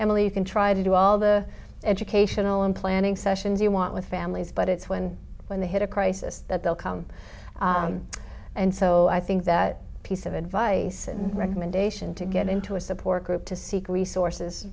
you can try to do all the educational and planning sessions you want with families but it's when when they hit a crisis that they'll come and so i think that piece of advice and recommendation to get into a support group to seek resources